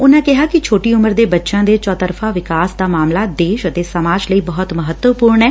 ਉਨਾਂ ਕੈਹਾ ਕਿ ਛੋਟੀ ਉਮਰ ਦੇ ਬੱਚਿਆਂ ਦੇ ਚੌਤਰਫਾ ਵਿਕਾਸ ਦਾ ਮਾਮਲਾ ਦੇਸ਼ ਅਤੇ ਸਮਾਜ ਲਈ ਬਹੁਤ ਮਹੱਤਵਪੁਰਨ ਐ